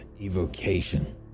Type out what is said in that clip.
evocation